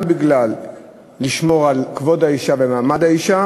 גם כדי לשמור על כבוד האישה ומעמד האישה